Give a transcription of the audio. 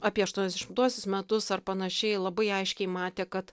apie aštuoniasdešimtuosius metus ar panašiai labai aiškiai matė kad